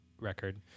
record